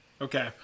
Okay